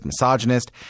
misogynist